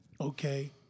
Okay